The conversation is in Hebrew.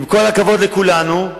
עם כל הכבוד לכולנו,